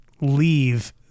leave